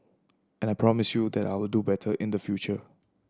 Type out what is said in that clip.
and I promise you that I will do better in the future